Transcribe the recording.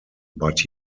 but